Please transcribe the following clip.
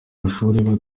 amashuri